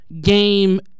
game